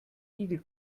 igel